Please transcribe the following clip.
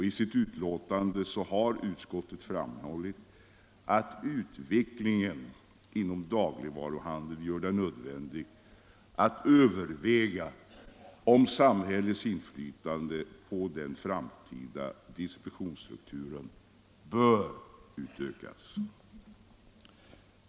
I sitt betänkande framhåller utskottet att utvecklingen inom dagligvaruhandeln gör det nödvändigt att överväga om samhällets inflytande på den framtida distributionsstrukturen bör utökas.